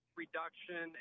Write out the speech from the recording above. reduction